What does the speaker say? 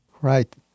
Right